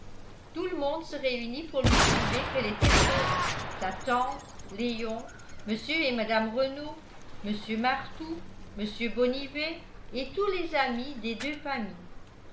tout le monde se réunit pour lui prouver qu'elle était folle sa tante léon mr et mme renault mr martout mr bonnivet et tous les amis des deux familles